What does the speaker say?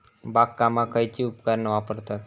बागकामाक खयची उपकरणा वापरतत?